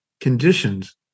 conditions